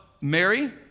Mary